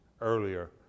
earlier